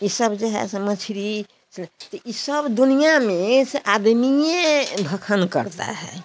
यह सब जो है सो मछली यह सब दुनिया में से आदमी ये भखन करते हैं